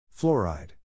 Fluoride